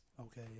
Okay